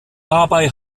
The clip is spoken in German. dabei